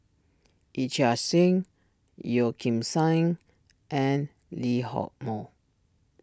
Yee Chia Hsing Yeo Kim Seng and Lee Hock Moh